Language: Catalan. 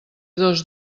dos